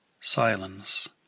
Silence